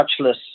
touchless